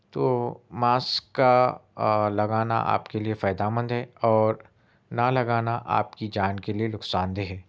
تو ماسک کا لگانا آپ کے لیے فائدہ مند ہے اور نہ لگانا آپ کی جان کے لیے نقصان دہ ہے